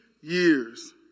years